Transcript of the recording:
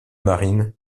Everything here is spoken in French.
marine